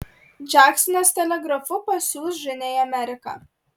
džeksonas telegrafu pasiųs žinią į ameriką